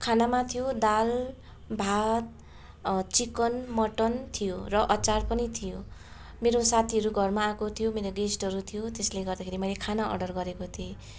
खानामा थियो दाल भात चिकन मटन थियो र अचार पनि थियो मेरो साथीहरू घरमा आएको थियो मेरो गेस्टहरू थियो त्यसैले गर्दाखेरि मैले खाना अर्डर गरेको थिएँ